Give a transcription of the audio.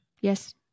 Yes